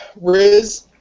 Riz